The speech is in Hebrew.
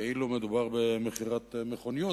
כאילו מדובר במכירת מכוניות.